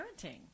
parenting